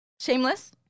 Shameless